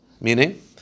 Meaning